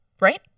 right